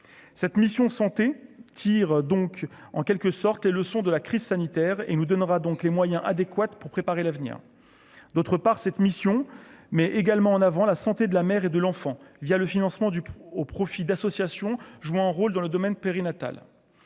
cette mission santé tire donc en quelque sorte les leçons de la crise sanitaire et nous donnera donc les moyens adéquate pour préparer l'avenir, d'autre part, cette mission met également en avant la santé de la mère et de l'enfant via le financement du au profit d'associations jouant un rôle dans le domaine périnatale